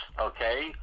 okay